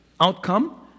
Outcome